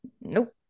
nope